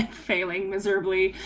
failing miserably